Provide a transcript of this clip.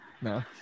No